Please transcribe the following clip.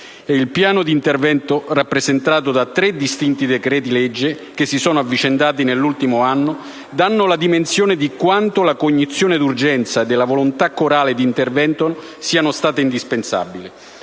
il piano di intervento, rappresentato da tre distinti decreti-legge che si sono avvicendati nell'ultimo anno, danno la dimensione di quanto la cognizione dell'urgenza e della volontà corale di intervento siano state indispensabili.